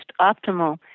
optimal